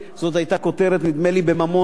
זאת היתה כותרת, נדמה לי, ב"ממון"